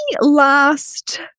last